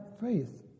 faith